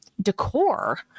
decor